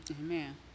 Amen